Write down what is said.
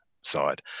side